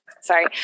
sorry